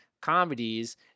comedies